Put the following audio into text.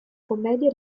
commedia